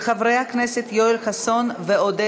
עברה בקריאה טרומית, ועוברת